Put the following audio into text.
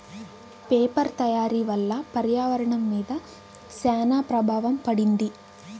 paper తయారీ వల్ల పర్యావరణం మీద శ్యాన ప్రభావం పడింది